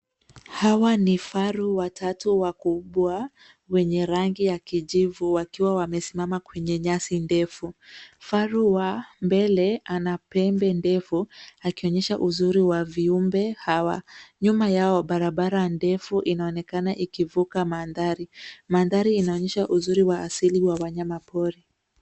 Hawa ni vifaru watatu wakubwa wenye rangi ya kijivu wakiwa wamesimama kwenye nyasi ndefu. Kifaru wa mbele, ana pembe ndefu, akionyesha uzuri wa viumbe hawa. Nyuma yao, barabara ndefu inaonekana ikivuka mandhari. Mandhari inaonyesha uzuri wa asili wa wanyama pori.